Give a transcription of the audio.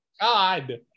God